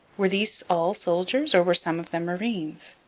were these all soldiers or were some of them marines?